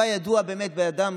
והוא היה ידוע באמת כבן אדם